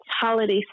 holiday